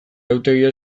arautegia